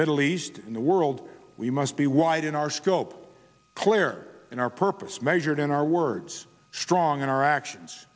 middle east in the world we must be wide in our scope clear in our purpose measured in our words strong in our actions